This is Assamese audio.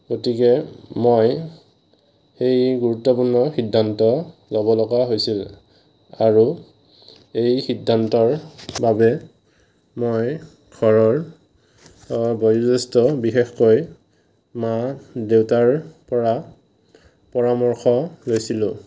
গতিকে মই সেই গুৰুত্বপূৰ্ণ সিদ্ধান্ত ল'ব লগা হৈছিল আৰু এই সিদ্ধান্তৰ বাবে মই ঘৰৰ বয়োজ্যেষ্ঠ বিশেষকৈ মা দেউতাৰপৰা পৰামৰ্শ লৈছিলোঁ